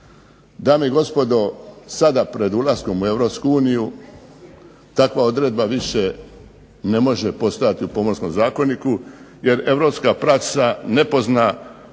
Dame i gospodo sada pred ulaskom u EU takva odredba više ne može postojati u Pomorskom zakoniku jer europska praksa ne pozna